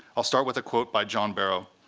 i'll start with a quote by john barrow.